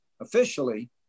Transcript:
officially